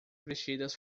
vestidas